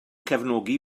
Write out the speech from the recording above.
cefnogi